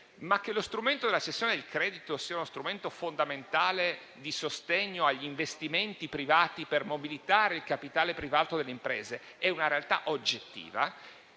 che quello della cessione del credito sia uno strumento fondamentale di sostegno agli investimenti privati per mobilitare il capitale privato delle imprese è una realtà oggettiva.